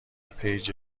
پیجی